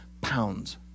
pounds